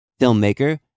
filmmaker